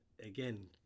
again